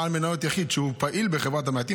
בעל מניות יחיד שהוא פעיל בחברת המעטים,